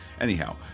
anyhow